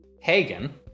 Hagen